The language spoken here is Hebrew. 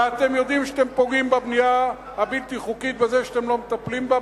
ואתם יודעים שאתם פוגעים בבנייה הבלתי-חוקית בזה שאתם לא מטפלים בה,